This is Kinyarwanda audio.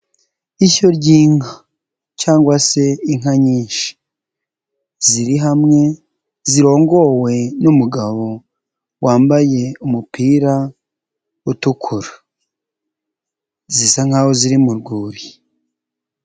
Ishyo ry'inka cyangwa se inka nyinshi. Ziri hamwe, zirongowe n'umugabo wambaye umupira utukura. Zisa nkaho ziri mu rwuri.